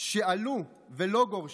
שעלו ולא גורשו,